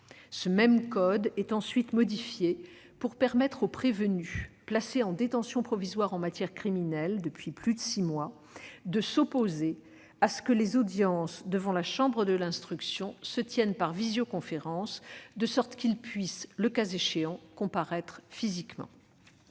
Ce même code est ensuite modifié pour permettre aux prévenus placés en détention provisoire en matière criminelle depuis plus de six mois de s'opposer à ce que les audiences devant la chambre de l'instruction se tiennent par visioconférence, de sorte qu'ils puissent, le cas échéant, comparaître physiquement.